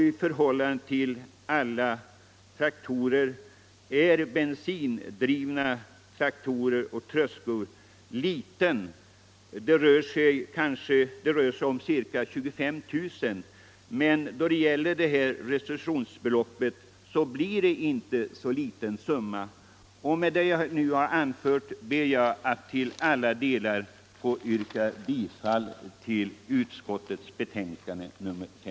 I förhållande till totalantalet är det mycket få traktorer och skördetröskor som är bensindrivna — det rör sig om ca 25 000. Ser man till hela restitutionsbeloppet blir det inte någon så liten summa. Med det jag nu har anfört ber jag att till alla delar få yrka bifall till utskottets betänkande.